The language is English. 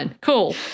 Cool